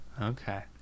Okay